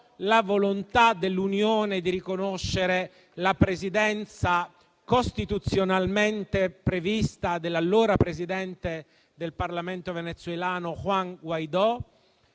la volontà dell'Unione europea di riconoscere la Presidenza costituzionalmente prevista dell'allora presidente del Parlamento venezuelano Juan Guaidó.